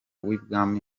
w’ibwami